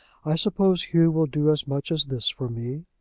i suppose hugh will do as much as this for me?